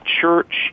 church